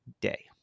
day